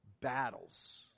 battles